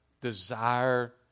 desire